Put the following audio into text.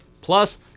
Plus